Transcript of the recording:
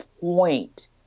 point